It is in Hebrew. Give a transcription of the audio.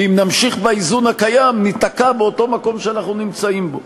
כי אם נמשיך באיזון הקיים ניתקע באותו מקום שאנחנו נמצאים בו.